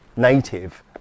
native